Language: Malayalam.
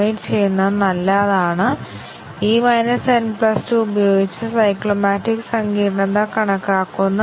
മറ്റൊരു വിധത്തിൽ പറഞ്ഞാൽ ടെസ്റ്റ് കേസ് ഒന്ന് ടെസ്റ്റ് കേസ് മൂന്ന് എന്നിവയ്ക്കൊപ്പം ആദ്യത്തെ ബേസിക് അവസ്ഥയുടെ സ്വതന്ത്ര വിലയിരുത്തൽ കൈവരിക്കും